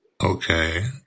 Okay